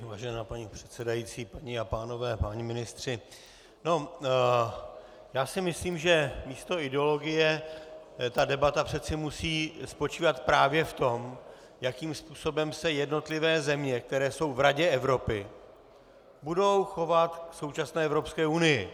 Vážená paní předsedající, paní a pánové, páni ministři, já si myslím, že místo ideologie ta debata přece musí spočívat právě v tom, jakým způsobem se jednotlivé země, které jsou v Radě Evropy, budou chovat k současné Evropské unii.